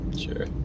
sure